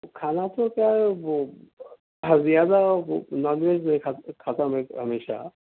کھانا تو کیا ہے وہ زیادہ نان ویج نہیں کھاتا میں ہمیشہ